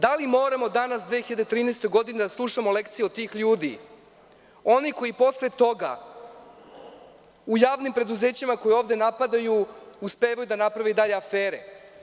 Da li moramo danas, 2013. godine da slušamo lekcije od tih ljudi, onih koji posle toga u javnim preduzećima, koja ovde napadaju, uspevaju da naprave i dalje afere?